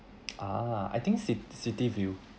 ah I think ci~ city view